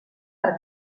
per